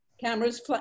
Cameras